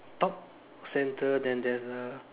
top center then there's a